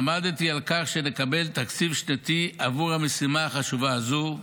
עמדתי על כך שנקבל תקציב שנתי עבור המשימה החשובה זו,